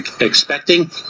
expecting